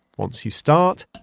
once you start,